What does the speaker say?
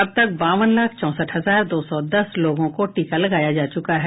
अब तक बावन लाख चौसठ हजार दो सौ दस लोगों को टीका लगाया जा चुका है